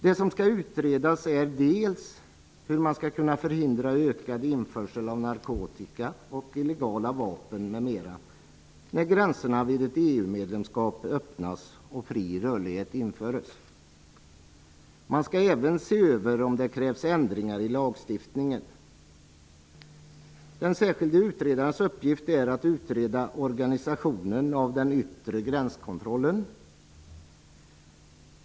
Det som skall utredas är hur man skall kunna förhindra ökad införsel av narkotika och illegala vapen m.m. när gränserna vid ett EU-medlemskap öppnas och fri rörlighet införs. Man skall även se över om det krävs ändringar i lagstiftningen. Den särskilde utredarens uppgift är att utreda organisationen av den yttre gränskontrollen.